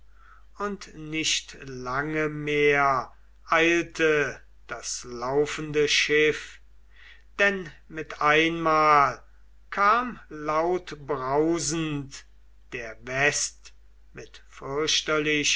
und nicht lange mehr eilte das laufende schiff denn mit einmal kam lautbrausend der west mit